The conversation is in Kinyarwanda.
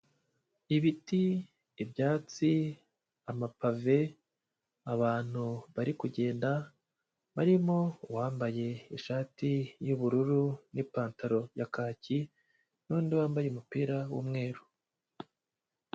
Ibiti, ibyatsi, amapave, abantu bari kugenda, barimo uwambaye ishati y'ubururu n'ipantaro ya kaki, n'undi wambaye umupira w'umweru.